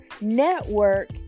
network